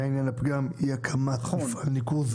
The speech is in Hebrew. היה עניין הפגם אי הקמת מפעל ניקוז.